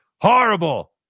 horrible